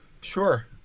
Sure